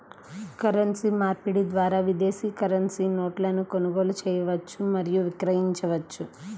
currency మార్పిడి ద్వారా విదేశీ కరెన్సీ నోట్లను కొనుగోలు చేయవచ్చు మరియు విక్రయించవచ్చు